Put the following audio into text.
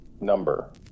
Number